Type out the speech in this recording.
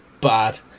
bad